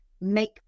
make